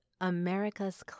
America's